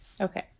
Okay